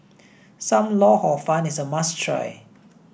Sam Lau Hor Fun is a must try